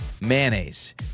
Mayonnaise